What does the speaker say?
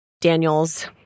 Daniels